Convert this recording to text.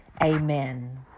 Amen